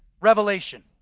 Revelation